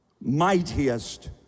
mightiest